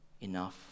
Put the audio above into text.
enough